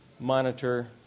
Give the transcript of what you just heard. Monitor